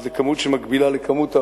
שזה מספר שמקביל למספר העולים.